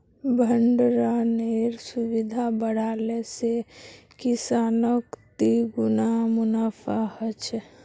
भण्डरानेर सुविधा बढ़ाले से किसानक तिगुना मुनाफा ह छे